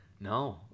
no